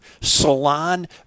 salon